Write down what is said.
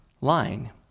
line